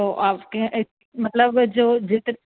تو آپ کے مطلب جو جتنے